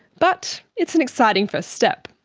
but it's an exciting first step.